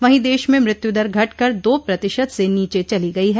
वहीं देश में मृत्यू दर घटकर दो प्रतिशत से नीचे चली गई है